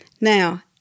Now